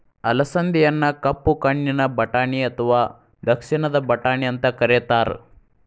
ಅಲಸಂದಿಯನ್ನ ಕಪ್ಪು ಕಣ್ಣಿನ ಬಟಾಣಿ ಅತ್ವಾ ದಕ್ಷಿಣದ ಬಟಾಣಿ ಅಂತ ಕರೇತಾರ